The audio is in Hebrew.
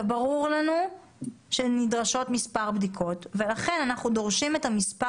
ברור לנו שנדרשות מספר בדיקות ולכן אנחנו דורשים את המספר